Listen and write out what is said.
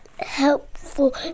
helpful